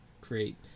create